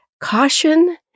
caution